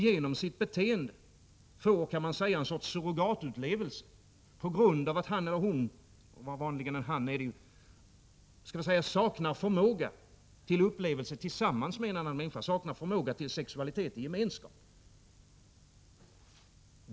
Genom sitt beteende får blottaren en sorts surrogatupplevelse på grund av att han saknar förmåga till upplevelse tillsammans med en annan människa, till sexualitet i gemenskap.